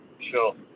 Sure